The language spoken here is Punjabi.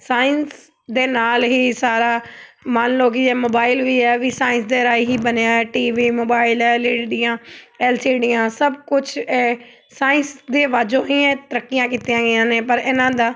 ਸਾਇੰਸ ਦੇ ਨਾਲ ਹੀ ਸਾਰਾ ਮੰਨ ਲਉ ਕਿ ਇਹ ਮੋਬਾਇਲ ਵੀ ਹੈ ਵੀ ਸਾਇੰਸ ਦੇ ਰਾਹੀਂ ਹੀ ਬਣਿਆ ਹੈ T V mobile L E ਡੀਆਂ ਐੱਲ ਸੀ ਡੀਆਂ ਸਭ ਕੁਛ ਇਹ ਸਾਇੰਸ ਦੇ ਵਾਜੋ ਇਹ ਤਰੱਕੀਆਂ ਕੀਤੀਆਂ ਗਈਆਂ ਨੇ ਪਰ ਇਹਨਾਂ ਦਾ